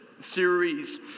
series